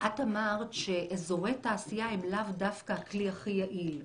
את אמרת שאזורי תעשייה הם לאו דווקא הכלי הכי יעיל,